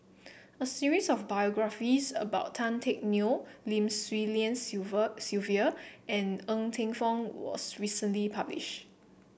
a series of biographies about Tan Teck Neo Lim Swee Lian Sylvia and Ng Teng Fong was recently published